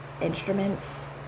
instruments